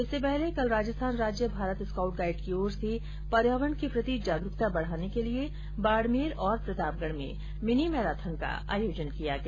इससे पहले कल राजस्थान राज्य भारत स्काउट गाइड की ओर से पर्यावरण के प्रति जागरूकता बढाने के लिये बाड़मेर और प्रतापगढ़ में मिनी मैराथन का आयोजन किया गया